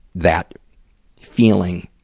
that feeling.